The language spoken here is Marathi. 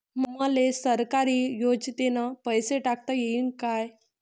मले सरकारी योजतेन पैसा टाकता येईन काय?